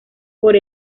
por